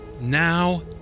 now